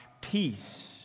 peace